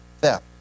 theft